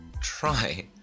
try